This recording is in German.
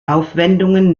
aufwendungen